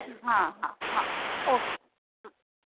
हा हा हा ओ के हा